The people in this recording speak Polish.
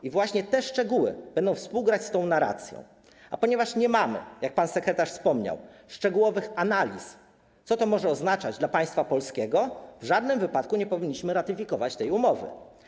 I właśnie te szczegóły będą współgrać z tą narracją, a ponieważ nie mamy, jak pan sekretarz wspomniał, szczegółowych analiz, co to może oznaczać dla państwa polskiego, w żadnym wypadku nie powinniśmy ratyfikować tej umowy.